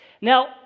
Now